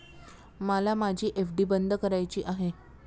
मला माझी एफ.डी बंद करायची आहे